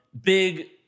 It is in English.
big